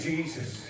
Jesus